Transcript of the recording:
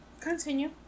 Continue